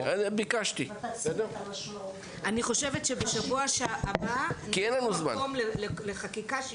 אני חושבת שבשבוע הבא יהיה מקום לחקיקה,